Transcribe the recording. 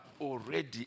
already